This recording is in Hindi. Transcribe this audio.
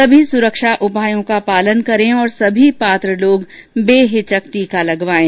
सभी सुरक्षा उपायों का पालन करें और सभी पात्र लोग बेहिचक टीका लगवाएं